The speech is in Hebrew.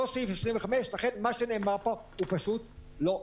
אותו סעיף 25 ולכן מה שנאמר פה הוא פשוט לא נכון.